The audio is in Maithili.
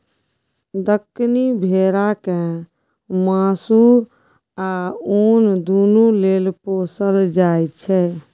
दक्कनी भेरा केँ मासु आ उन दुनु लेल पोसल जाइ छै